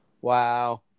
Wow